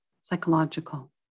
psychological